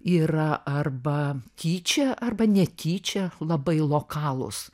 yra arba tyčia arba netyčia labai lokalūs